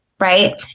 Right